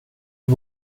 det